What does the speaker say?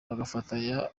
bagafatanya